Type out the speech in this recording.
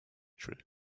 true